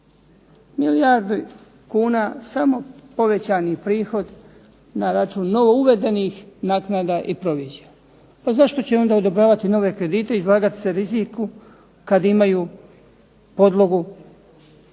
Milijardu kuna samo povećani prihod na račun novouvedenih naknada i provizija. Pa zašto će onda odobravati nove kredite, izlagat se riziku kad imaju podlogu.